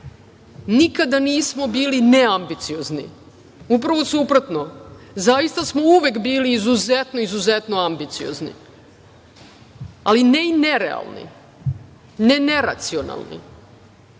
godine, nismo bili neambiciozni. Upravo suprotno, zaista smo uvek bili izuzetno, izuzetno ambiciozni, ali ne i nerealni, ne neracionalni.